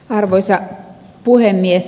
arvoisa puhemies